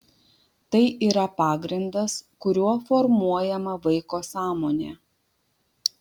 tai yra pagrindas kuriuo formuojama vaiko sąmonė